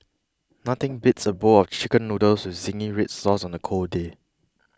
nothing beats a bowl of Chicken Noodles with Zingy Red Sauce on a cold day